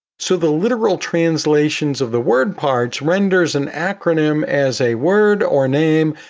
so the literal translations of the word parts renders an acronym as a word or name,